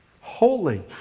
holy